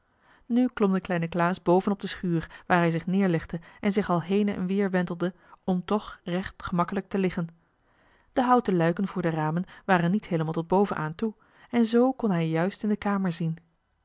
nu klom de kleine klaas boven op de schuur waar hij zich neerlegde en zich al heen en weer wentelde om toch recht gemakkelijk te liggen de houten luiken voor de ramen waren niet heelemaal tot boven aan toe en zoo kon hij juist in de kamer zien